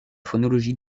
phonologie